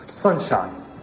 Sunshine